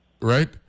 Right